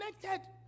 connected